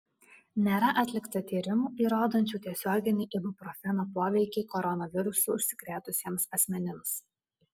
nėra atlikta tyrimų įrodančių tiesioginį ibuprofeno poveikį koronavirusu užsikrėtusiems asmenims